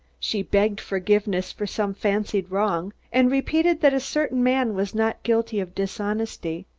she begged forgiveness for some fancied wrong, and repeated that a certain man was not guilty of dishonesty.